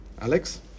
Alex